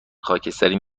خاکستری